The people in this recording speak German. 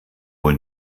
wohl